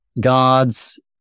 God's